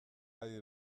adi